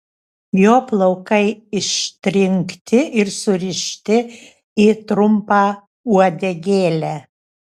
jo plaukai ištrinkti ir surišti į trumpą uodegėlę